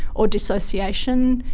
or dissociation,